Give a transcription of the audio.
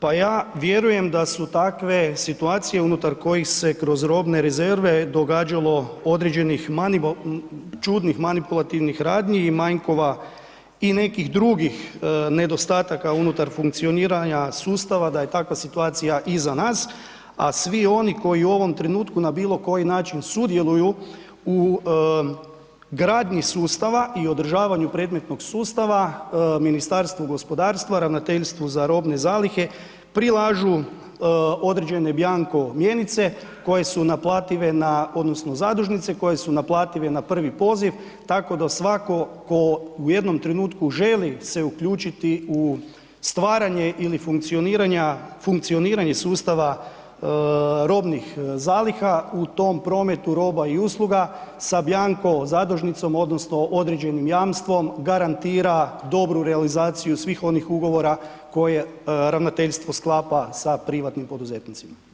Pa ja vjerujem da su takve situacije unutar kojih se kroz robne rezerve događalo određenih čudnih manipulativnih radnji i manjkova i nekih drugih nedostataka unutar funkcioniranja sustava, da je takva situacija iza nas a svi oni koji u ovom trenutku na bilokoji način sudjeluju u gradnji sustava i održavanju predmetnog sustava, Ministarstvo gospodarstva Ravnateljstvu za robne zalihe prilažu određene bianco mjenice koje su naplative odnosno zadužnice koje su naplative na prvi poziv tako da svatko tko u jednom trenutku želi se uključiti u stvaranje ili funkcioniranja sustava robnih zaliha u tom prometu roba i usluga sa bianco zadužnicom odnosno određenim jamstvom, garantira dobru realizaciju svih onih ugovora koje ravnateljstvo sklapa sa privatnim poduzetnicima.